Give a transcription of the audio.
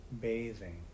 bathing